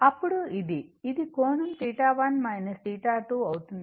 అప్పుడు కోణం 1 2 అవుతుంది